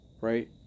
right